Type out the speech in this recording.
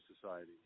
society